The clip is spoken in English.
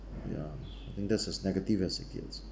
ya I think that's as negative as it gets